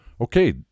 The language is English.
Okay